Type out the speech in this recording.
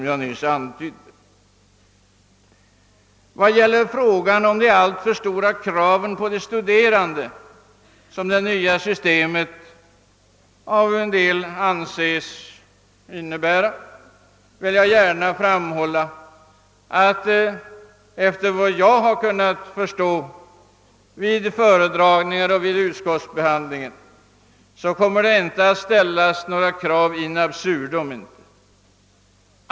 Vad beträffar frågan om de alltför stora kraven på de studerande som det nya systemet av en del anses innebära vill jag gärna framhålla, att efter vad jag har kunnat förstå vid föredragningar och vid utskottsbehandlingen kommer det inte att ställas några krav in absurdum.